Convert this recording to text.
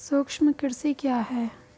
सूक्ष्म कृषि क्या है?